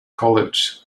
college